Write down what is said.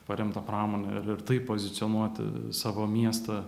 paremta pramone ir taip pozicionuoti savo miestą